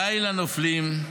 די לנופלים,